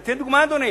אני אתן דוגמה, אדוני.